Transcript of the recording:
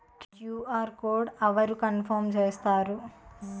QR code అవరు confirm చేస్తారు?